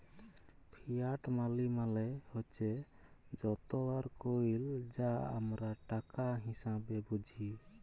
fiat মালি মালে হছে যত আর কইল যা আমরা টাকা হিসাঁবে বুঝি